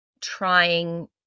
trying